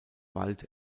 wald